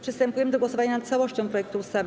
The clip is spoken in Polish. Przystępujemy do głosowania nad całością projektu ustawy.